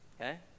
Okay